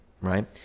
right